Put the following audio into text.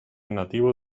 nativo